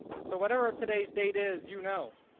so whatever today's date is, you know